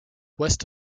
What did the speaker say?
west